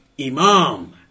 imam